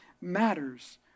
matters